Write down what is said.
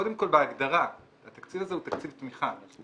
שקודם כל בהגדרה התקציב הזה הוא תקציב תמיכה,